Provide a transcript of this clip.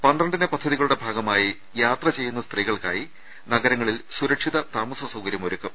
പന്ത്രണ്ടിന പദ്ധതികളുടെ ഭാഗമായി യാത്ര ചെയ്യുന്ന സ്ത്രീകൾക്കായി നഗരങ്ങളിൽ സുരക്ഷിത താമസ സൌകര്യം ഒരുക്കും